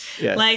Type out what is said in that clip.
Yes